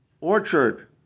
orchard